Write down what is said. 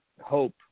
hope